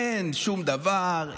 אין שום דבר,